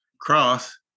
cross